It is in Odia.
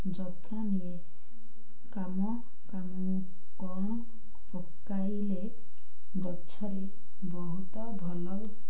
ଯତ୍ନ ନିଏ କାମ କାମ କ'ଣ ପକାଇଲେ ଗଛରେ ବହୁତ ଭଲ